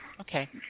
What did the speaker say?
Okay